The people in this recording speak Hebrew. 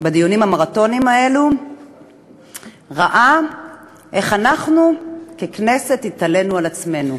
בדיונים המרתוניים האלה ראה איך אנחנו ככנסת התעלינו על עצמנו,